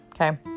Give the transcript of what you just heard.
Okay